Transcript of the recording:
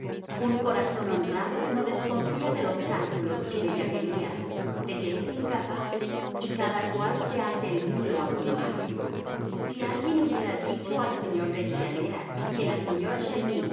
un corazón honrado no desconfía de los cálculos y bellaquerías de que es incapaz y cada cual se hace el mundo a su imagen si alguien hubiera dicho al señor de villanera que la señora